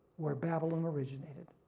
where babylon originated.